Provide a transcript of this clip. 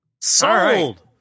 Sold